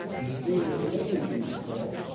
the stream of casualties stopped,